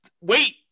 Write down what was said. Wait